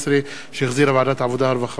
שהחזירה ועדת העבודה, הרווחה והבריאות.